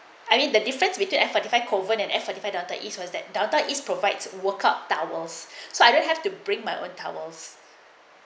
I mean the difference between a five coven and F forty five data east was that downtown east provides workout towels so I don't have to bring my own towels